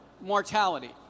mortality